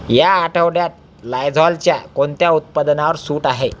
या आठवड्यात लायझॉलच्या कोणत्या उत्पादनावर सूट आहे